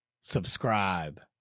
subscribe